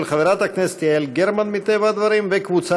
של חברת הכנסת יעל גרמן, מטבע הדברים,